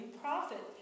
prophet